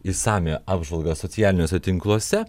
išsamią apžvalgą socialiniuose tinkluose